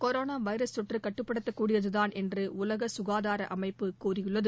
corona virus தொற்று கட்டுப்படுத்தக்கூடியதுதாள் என்று உலக சுகாதார அமைப்பு கூறியுள்ளது